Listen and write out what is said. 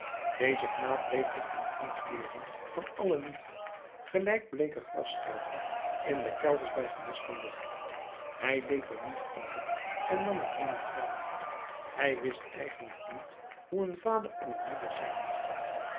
deze knaap leefde in ontbering van alle liefde gelijk bleeke grasscheuten in de kelders bij gemis van alle licht hij leed er niet onder en nam het niemand kwalijk hij wist eigenlijk niet hoe een vader en een moeder zijn moesten